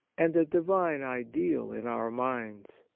and a divine ideal in our minds.